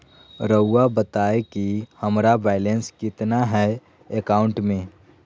रहुआ बताएं कि हमारा बैलेंस कितना है अकाउंट में?